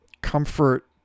comfort